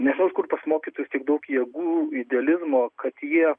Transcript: nežinau iš kur pas mokytojus tiek daug jėgų idealizmo kad jie